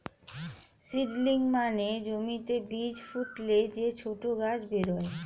seedling মানে জমিতে বীজ ফুটলে যে ছোট গাছ বেরোয়